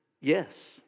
yes